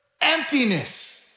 emptiness